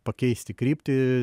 pakeisti kryptį